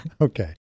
Okay